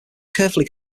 carefully